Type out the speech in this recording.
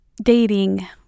Dating